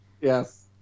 yes